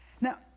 Now